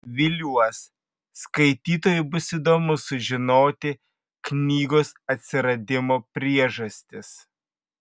viliuos skaitytojui bus įdomu sužinoti knygos atsiradimo priežastis